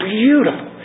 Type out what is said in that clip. beautiful